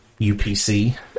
UPC